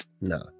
no